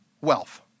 wealth